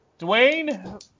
Dwayne